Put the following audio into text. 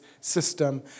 system